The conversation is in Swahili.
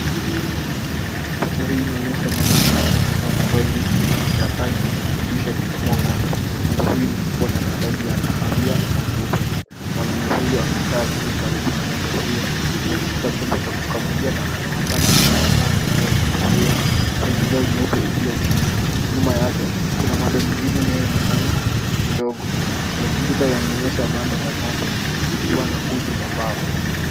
Picha hii inaonyesha mwanaume akiwa amevaa mavazi ya kazi, kijani kibichi, akikamua ng'ombe. Ng'ombe huyu ni mkubwa na ana rangi ya kahawia na nyeupe. Mwanaume huyo amekaa chini, karibu na ng'ombe huyo, akishika chombo cha kukamulia, na anaonekana akimkamua maziwa ng'ombe huyo kwenye ndoo nyeupe iliyo chini. Nyuma yake kuna ng'ombe mwingine anayeonekana mdogo. Mazingira yanaonyesha banda la ng'ombe, likiwa na nguzo za mbao.